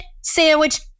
sandwich